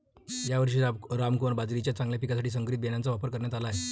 यावर्षी रामकुमार बाजरीच्या चांगल्या पिकासाठी संकरित बियाणांचा वापर करण्यात आला आहे